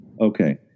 Okay